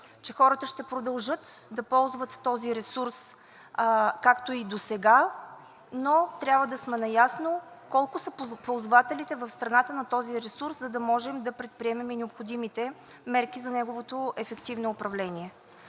че хората ще продължат да ползват този ресурс, както и досега, но трябва да сме наясно колко са ползвателите в страната на този ресурс, за да можем да предприемем и необходимите мерки за неговото ефективно управление.